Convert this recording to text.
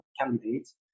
candidates